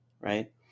right